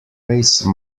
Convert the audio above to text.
race